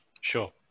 Sure